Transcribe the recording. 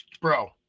bro